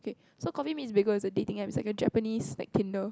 so coffee meets bagel is a dating App is like a Japanese like tinder